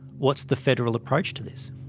what's the federal approach to this?